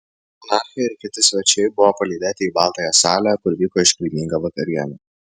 monarchė ir kiti svečiai buvo palydėti į baltąją salę kur vyko iškilminga vakarienė